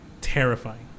terrifying